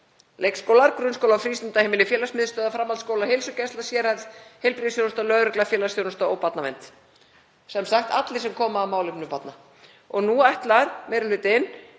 leikskólar, grunnskólar, frístundaheimili, félagsmiðstöðvar, framhaldsskólar, heilsugæsla, sérhæfð heilbrigðisþjónusta, lögregla, félagsþjónusta og barnavernd.“ Sem sagt allir sem koma að málefnum barna. Og nú ætlar meiri hlutinn